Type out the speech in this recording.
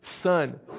Son